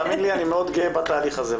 תאמין לי, אני מאוד גאה בתהליך הזה.